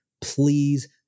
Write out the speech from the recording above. please